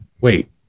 wait